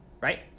right